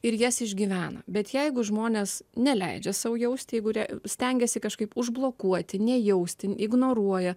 ir jas išgyvena bet jeigu žmonės neleidžia sau jausti jeigu jie stengiasi kažkaip užblokuoti nejausti ignoruoja